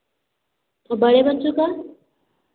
और बड़े बच्चों का